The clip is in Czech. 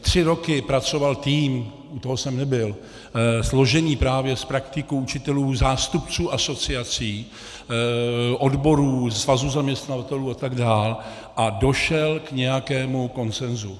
Tři roky pracoval tým u toho jsem nebyl složený právě z praktiků učitelů, zástupců asociací, odborů, svazů zaměstnavatelů atd. a došel k nějakému konsenzu.